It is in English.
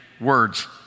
words